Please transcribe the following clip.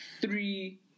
three